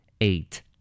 Eight